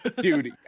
dude